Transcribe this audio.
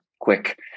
quick